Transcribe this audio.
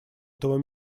этого